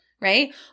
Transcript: right